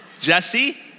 Jesse